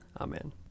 Amen